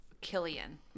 Killian